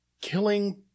killing